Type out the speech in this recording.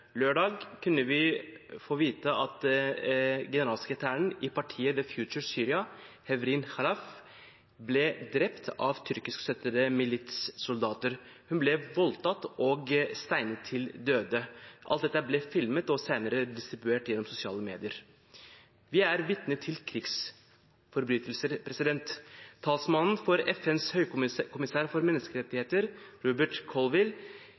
Lørdag fikk vi vite at generalsekretæren i partiet The Future Syria, Hevrin Khalaf, ble drept av tyrkiskstøttede militssoldater. Hun ble voldtatt og steinet til døde. Alt dette ble filmet og senere distribuert gjennom sosiale medier. Vi er vitne til krigsforbrytelser. Talsmannen for FNs høykommissær for